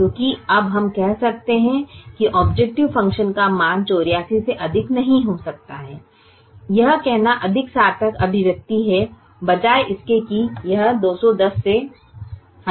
क्योंकि अब हम कह सकते हैं कि ऑबजेकटिव फ़ंक्शन का मान 84 से अधिक नहीं हो सकता है यह कहना अधिक सार्थक अभिव्यक्ति है बजाय इसके की यह 210 से अधिक नहीं हो सकता है